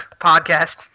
podcast